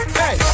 hey